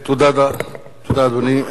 תודה, אדוני.